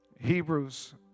hebrews